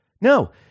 No